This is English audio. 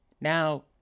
Now